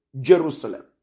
Jerusalem